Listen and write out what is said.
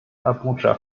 abuja